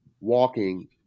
walking